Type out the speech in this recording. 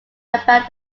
about